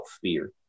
fear